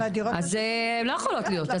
אז לא יכולות להיות,